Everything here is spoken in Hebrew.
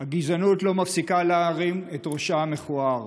הגזענות לא מפסיקה להרים את ראשה המכוער,